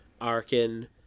arkin